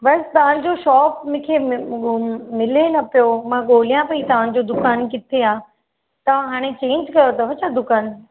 बसि तव्हांजो शॉप मूंखे मिले न पियो मां ॻोल्हियां पई तव्हांजो दुकानु किथे आहे तव्हां हाणे चेंज कयो अथव छा दुकानु